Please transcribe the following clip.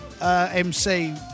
MC